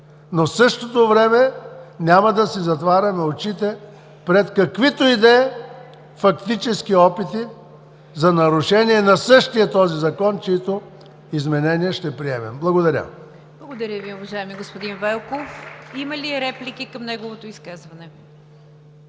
но в същото време няма да си затваряме очите пред каквито и да е фактически опити за нарушение на същия този Закон, чиито изменения ще приемем. Благодаря. ПРЕДСЕДАТЕЛ НИГЯР ДЖАФЕР: Благодаря Ви, уважаеми господин Велков. Има ли реплики към неговото изказване?